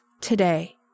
today